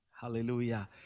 Hallelujah